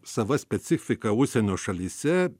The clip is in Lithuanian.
sava specifika užsienio šalyse